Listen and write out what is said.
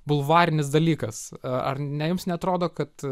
bulvarinis dalykas ar ne jums neatrodo kad